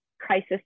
crisis